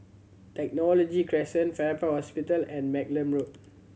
Technology Crescent Farrer Park Hospital and Malcolm Road